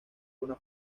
una